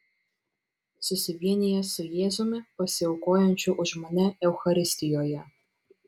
susivienijęs su jėzumi pasiaukojančiu už mane eucharistijoje